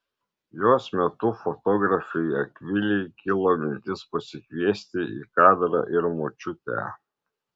jos metu fotografei akvilei kilo mintis pasikviesti į kadrą ir močiutę